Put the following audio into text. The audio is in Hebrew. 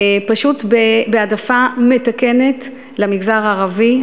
פשוט בהעדפה מתקנת למגזר הערבי.